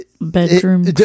Bedroom